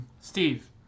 Steve